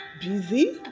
busy